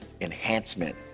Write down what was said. enhancement